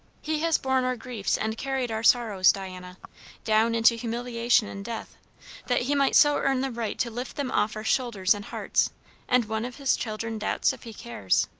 he has borne our griefs and carried our sorrows diana down into humiliation and death that he might so earn the right to lift them off our shoulders and hearts and one of his children doubts if he cares!